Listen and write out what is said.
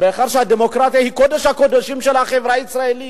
מאחר שהדמוקרטיה היא קודש הקודשים של החברה הישראלית,